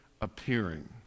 appearing